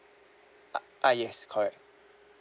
uh ah yes correct